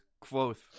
Quoth